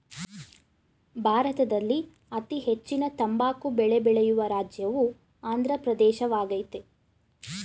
ಭಾರತದಲ್ಲಿ ಅತೀ ಹೆಚ್ಚಿನ ತಂಬಾಕು ಬೆಳೆ ಬೆಳೆಯುವ ರಾಜ್ಯವು ಆಂದ್ರ ಪ್ರದೇಶವಾಗಯ್ತೆ